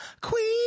Queen